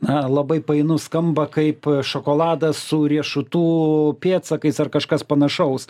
na labai painu skamba kaip a šokoladas su riešutų pėdsakais ar kažkas panašaus